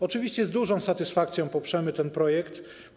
Oczywiście z dużą satysfakcją poprzemy ten projekt.